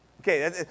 Okay